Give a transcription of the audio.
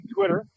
Twitter